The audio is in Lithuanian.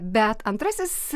bet antrasis